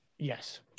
Yes